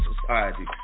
society